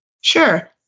Sure